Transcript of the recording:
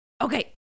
Okay